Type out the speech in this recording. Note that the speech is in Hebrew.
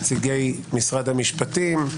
נציגי משרד המשפטים,